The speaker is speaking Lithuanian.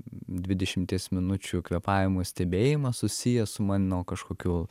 dvidešimties minučių kvėpavimo stebėjimas susijęs su mano kažkokiu